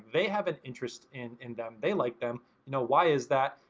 they have an interest in in them. they like them. no, why is that?